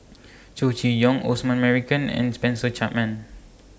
Chow Chee Yong Osman Merican and Spencer Chapman